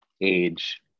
age